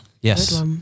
Yes